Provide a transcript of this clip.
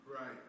Right